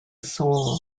soul